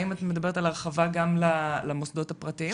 האם את מדברת על הרחבה גם למוסדות הפרטיים,